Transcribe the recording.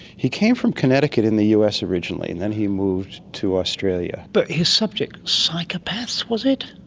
he came from connecticut in the us originally, and then he moved to australia. but his subject psychopaths, was it?